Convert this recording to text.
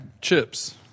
chips